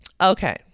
Okay